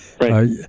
Right